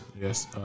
yes